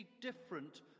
different